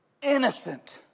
Innocent